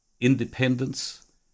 independence